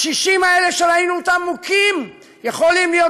הקשישים האלה שראינו אותם מוכים יכולים להיות